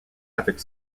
avec